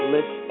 Lift